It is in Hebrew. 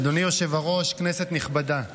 אדוני היושב-ראש, כנסת נכבדה,